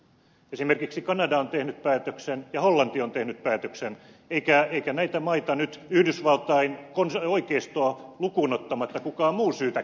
esimerkiksi kanada on tehnyt päätöksen ja hollanti on tehnyt päätöksen eikä näitä maita nyt yhdysvaltain oikeistoa lukuun ottamatta kukaan muu syytä käpykaartilaisuudesta